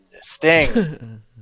Sting